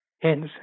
Hence